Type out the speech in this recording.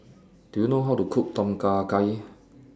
Do YOU know How to Cook Tom Kha Gai